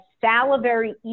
salivary